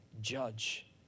judge